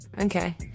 okay